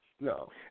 no